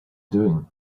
doing